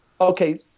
Okay